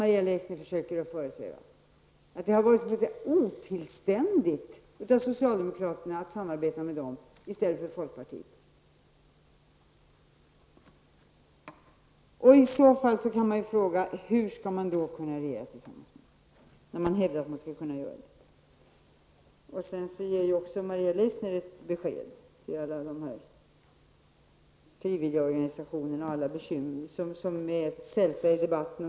Maria Leissner försöker att föresäva att det har varit otillständigt av socialdemokraterna att samarbeta med dessa partier i stället för med folkpartiet. I så fall kan man fråga sig hur ni skall kunna regera tillsammans, för ni hävdar ju att ni skall kunna göra det. Maria Leissner lämnade ett besked till frivilligorganisationerna, ett besked som är som en sälta i debatten.